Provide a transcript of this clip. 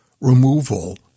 removal